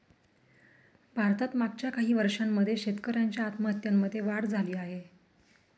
भारतात मागच्या काही वर्षांमध्ये शेतकऱ्यांच्या आत्महत्यांमध्ये वाढ झाली आहे